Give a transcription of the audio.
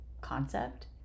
concept